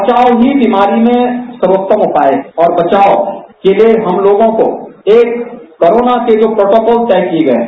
बचाव ही बीमारी में सर्वोत्तम उपाय है और बचाव के लिये हम लोगों को एक कोरोना के जो प्रोटोकॉल तय किये गये हैं